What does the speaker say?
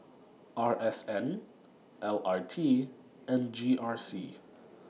R S N L R T and G R C